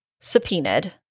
subpoenaed